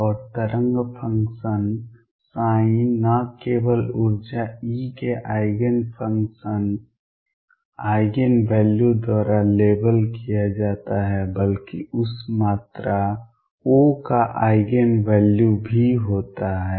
और तरंग फंक्शन न केवल ऊर्जा E के आइगेन फंक्शन्स आइगेन वैल्यू द्वारा लेबल किया जाता है बल्कि उस मात्रा O का आइगेन वैल्यू भी होता है